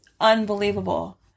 unbelievable